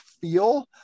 feel